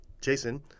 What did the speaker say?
Jason